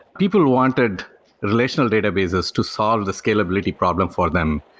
people wanted relational databases to solve the scalability problem for them.